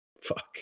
Fuck